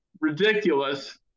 ridiculous